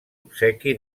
obsequi